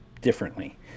differently